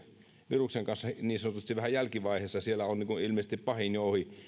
viruksen kanssa niin sanotusti vähän jälkivaiheessa siellä on ilmeisesti pahin jo ohi